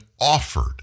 offered